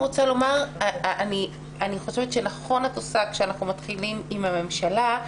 אני חושבת שנכון את עושה כשאנחנו מתחילים עם הממשלה.